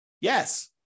Yes